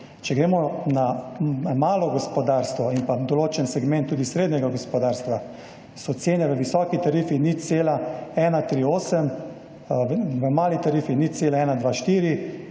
Če gremo na malo gospodarstvo in pa določen segment tudi srednjega gospodarstva, so cene v visoki tarifi 0,138, v mali tarifi 0,124